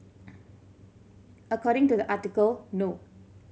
according to the article no